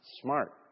smart